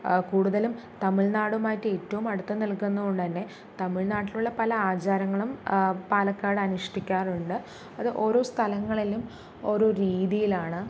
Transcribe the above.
കൂടുതലും തമിഴ്നാടുമായിട്ട് ഏറ്റവും അടുത്ത് നിൽക്കുന്നതുകൊണ്ട് തന്നെ തമിഴ്നാട്ടിലുള്ള പല ആചാരങ്ങളും പാലക്കാട് അനുഷ്ഠിക്കാറുണ്ട് അത് ഓരോ സ്ഥലങ്ങളിലും ഓരോ രീതിയിലാണ്